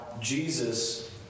Jesus